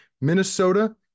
Minnesota